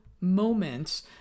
moments